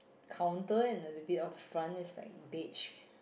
counter and a little bit of the front is like beige